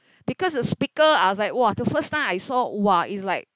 because the speaker I was like !wah! the first time I saw !wah! is like